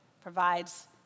provides